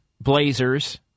Blazers